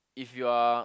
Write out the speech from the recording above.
if you are